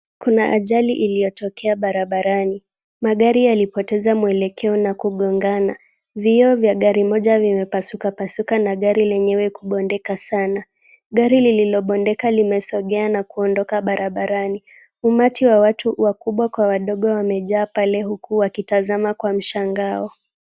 Kuna ajali iliyotokea barabarani. Magari yalipoteza mwelekeo na kugongana. Vioo vya gari moja vimepasuka pasuka na gari lenyewe kubondeka sana. Gari lililobondeka limesongea na kuondoka barabarani. Umati wa watu wakubwa kwa wadogo wamejaa pale huku wakitazama kwa mshangao.